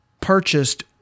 purchased